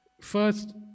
first